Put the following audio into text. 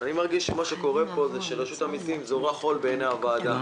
אני מרגיש שמה שקורה פה הוא שרשות המסים זורה חול בעיני הוועדה.